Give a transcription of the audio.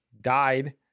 died